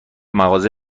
مغازه